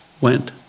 went